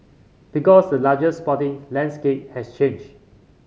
because the larger sporting landscape has changed